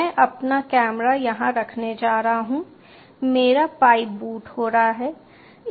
मैं अपना कैमरा यहाँ रखने जा रहा हूँ मेरा पाई बूट हो रहा है